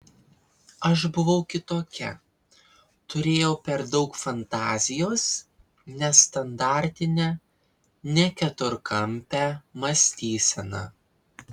aš buvau kitokia turėjau per daug fantazijos nestandartinę ne keturkampę mąstyseną